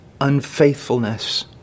unfaithfulness